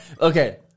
Okay